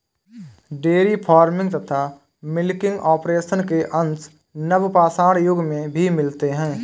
dairy farming तथा milking operation के अंश नवपाषाण युग में भी मिलते हैं